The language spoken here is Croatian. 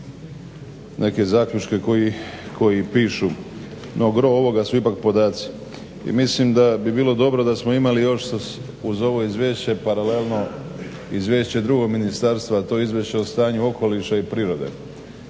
neke zaključke koji pišu. No gro ovoga su ipak podaci. I mislim da bi bilo dobro da smo imali još uz ovo izvješće paralelno izvješće drugog ministarstva, a to je izvješće o stanju okoliša i prirode,